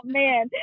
man